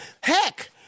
Heck